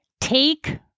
take